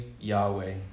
Yahweh